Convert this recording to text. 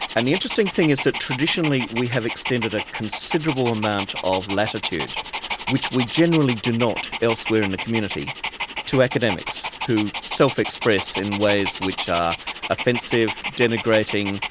and the interesting thing is that traditionally we have extended a considerable amount of latitude which we generally do not elsewhere in the community to academics who self-express in ways which are offensive, denigrating,